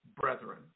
brethren